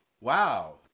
Wow